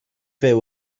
fyw